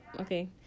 okay